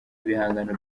ibihangano